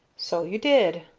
so you did,